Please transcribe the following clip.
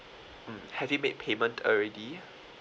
mm have you made payment already